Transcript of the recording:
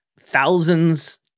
thousands